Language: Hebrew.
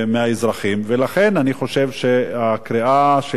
ולכן אני חושב שהקריאה שלי מכאן,